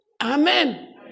Amen